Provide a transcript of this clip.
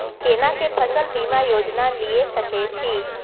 केना के फसल बीमा योजना लीए सके छी?